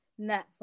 Netflix